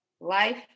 life